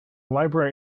library